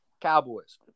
Cowboys